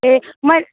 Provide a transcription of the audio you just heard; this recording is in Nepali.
ए मैले